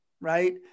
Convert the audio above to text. right